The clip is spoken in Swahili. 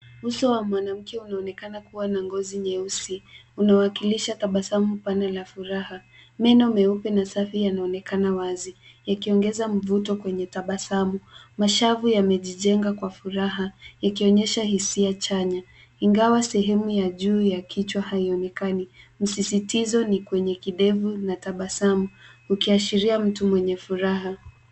Uso wa mwanamke unaonekana kuwa na ngozi nyeusi, unawakilisha tabasamu pana la furaha. Meno meupe na safi yanaonekana wazi, yakiongeza mvuto kwenye tabasamu. Mashavu yamejijenga kwa furaha yakionyesha hisia chanya. Ingawa sehemu ya juu ya kichwa haionekani, msisitizo ni kwenye kidevu na tabasamu, ukiashiria mtu mwenye furaha.